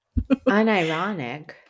Unironic